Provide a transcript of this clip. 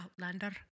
outlander